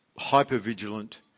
hyper-vigilant